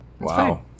Wow